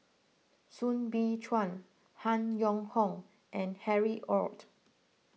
Soo Bin Chua Han Yong Hong and Harry Ord